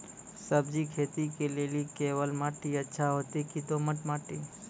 सब्जी खेती के लेली केवाल माटी अच्छा होते की दोमट माटी?